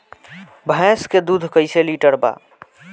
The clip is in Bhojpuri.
भैंस के दूध कईसे लीटर बा?